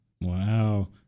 Wow